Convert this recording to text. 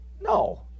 No